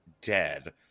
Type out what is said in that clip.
dead